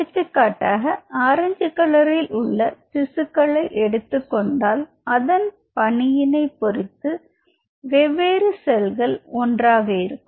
எடுத்துக்காட்டாக ஆரஞ்சில் உள்ள திசுக்களை எடுத்துக்கொண்டால் அதன் பணியினை பொறுத்து வெவ்வேறு செல்கள் ஒன்றாக இருக்கும்